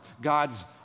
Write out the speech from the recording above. God's